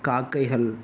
காக்கைகள்